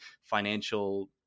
financial